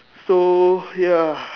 so ya